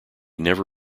never